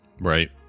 right